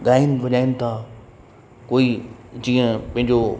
ॻाइनि वॼाइनि था कोई जीअं पंहिंजो